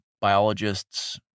biologists